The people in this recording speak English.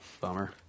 bummer